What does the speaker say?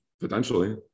Potentially